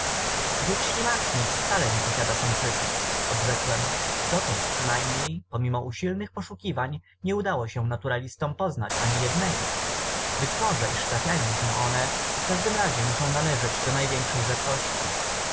ród ślimacznic wcale nie posiada samczyków odrzekłem dotąd przynajmniej pomimo usilnych poszukiwań nie udało się naturalistom poznać ani jednego być może iż trafiają się one w każdym razie muszą należeć do największych rzadkości